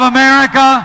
America